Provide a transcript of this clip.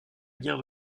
guerre